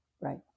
right